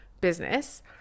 business